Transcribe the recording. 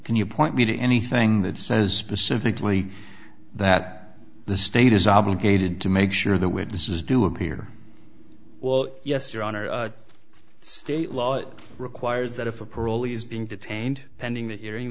can you point me to anything that says specifically that the state is obligated to make sure that witnesses do appear well yes your honor state law requires that if a parolee is being detained pending that hearing